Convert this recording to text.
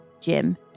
Jim